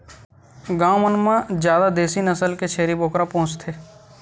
गाँव मन म जादा देसी नसल के छेरी बोकरा पोसथे